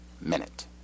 minute